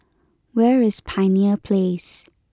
where is Pioneer Place